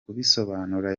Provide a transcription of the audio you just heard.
kubisobanura